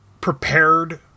prepared